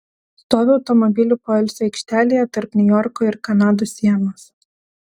stoviu automobilių poilsio aikštelėje tarp niujorko ir kanados sienos